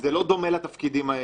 זה לא דומה לתפקידים האלה,